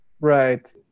Right